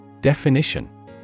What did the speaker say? Definition